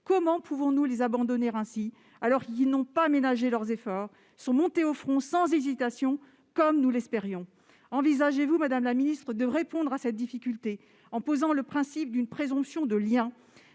Comment pouvons-nous les abandonner ainsi, alors qu'ils n'ont pas ménagé leurs efforts et qu'ils sont montés au front, sans hésitation, comme nous l'espérions ? Envisagez-vous, madame la ministre, de poser le principe d'une présomption de lien,